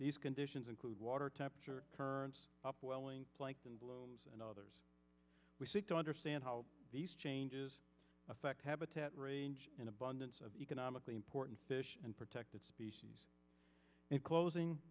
these conditions include water temperature and others we seek to understand how these changes affect habitat range in abundance of economically important fish and protected species and closing